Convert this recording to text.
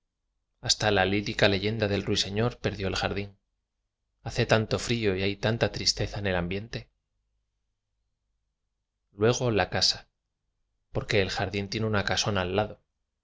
hasta la lírica leyenda del ruiseñor perdió el jardín hace tanto frío y hay tanta tristeza en el ambiente luego la casa porque el jardín tiene una casona al lado